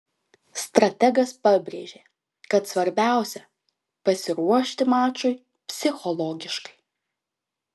strategas pabrėžė kad svarbiausia pasiruošti mačui psichologiškai